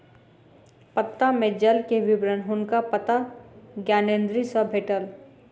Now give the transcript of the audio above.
पत्ता में जल के विवरण हुनका पत्ता ज्ञानेंद्री सॅ भेटल